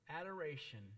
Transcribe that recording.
adoration